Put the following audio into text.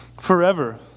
forever